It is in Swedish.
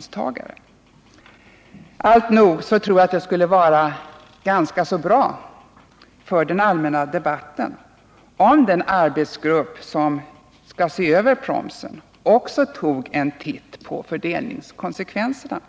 Sammanfattningsvis tror jag det skulle vara ganska så bra för den allmänna debatten om den arbetsgrupp som skall se över promsen också tog sig en titt på fördelningskonsekvenserna,